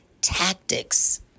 tactics